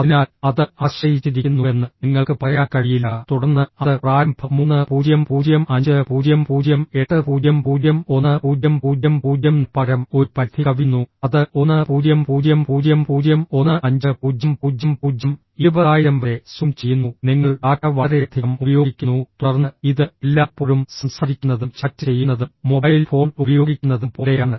അതിനാൽ അത് ആശ്രയിച്ചിരിക്കുന്നുവെന്ന് നിങ്ങൾക്ക് പറയാൻ കഴിയില്ല തുടർന്ന് അത് പ്രാരംഭ 3005008001000 ന് പകരം ഒരു പരിധി കവിയുന്നു അത് 100001500020000 വരെ സൂം ചെയ്യുന്നു നിങ്ങൾ ഡാറ്റ വളരെയധികം ഉപയോഗിക്കുന്നു തുടർന്ന് ഇത് എല്ലായ്പ്പോഴും സംസാരിക്കുന്നതും ചാറ്റ് ചെയ്യുന്നതും മൊബൈൽ ഫോൺ ഉപയോഗിക്കുന്നതും പോലെയാണ്